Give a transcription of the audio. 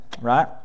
right